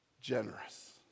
generous